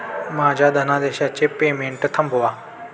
माझ्या धनादेशाचे पेमेंट थांबवा